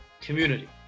community